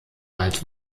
alt